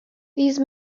these